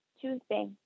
Tuesday